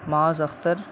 Muaz Akhtar